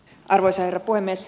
arvoisa herra puhemies